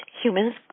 humans